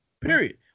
Period